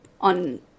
on